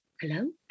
hello